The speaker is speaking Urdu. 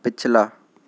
پِچھلا